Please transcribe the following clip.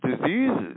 diseases